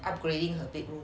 upgrading her bedroom